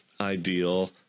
ideal